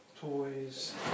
Toys